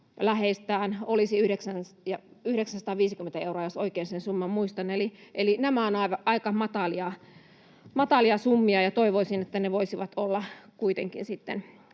läheistään, olisi 950 euroa, jos oikein sen summan muistan. Eli nämä ovat aika matalia summia, ja toivoisin, että ne voisivat kuitenkin olla